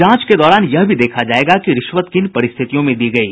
जांच के दौरान यह भी देखा जायेगा कि रिश्वत किन परिस्थितियों में दी गयी